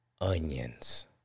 onions